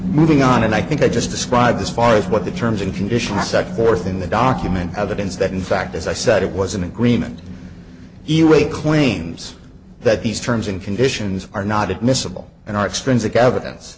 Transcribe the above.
moving on and i think i just described as far as what the terms and conditions set forth in the document evidence that in fact as i said it was an agreement either way claims that these terms and conditions are not admissible and are strings of evidence